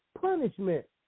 punishment